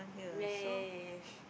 yeah yeah yeah yeah yeah